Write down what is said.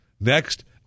Next